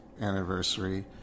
Anniversary